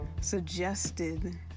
suggested